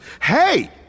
Hey